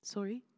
Sorry